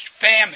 famine